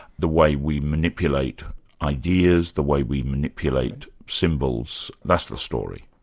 the way we manipulate ideas, the way we manipulate symbols, that's the story.